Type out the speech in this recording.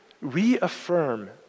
reaffirm